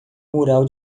mural